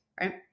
right